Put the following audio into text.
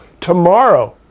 Tomorrow